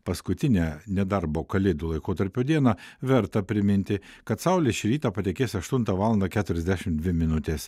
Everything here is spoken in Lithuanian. paskutinę nedarbo kalėdų laikotarpio dieną verta priminti kad saulė šį rytą patekės aštuntą valandą keturiasdešim dvi minutės